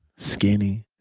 skinny,